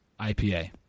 IPA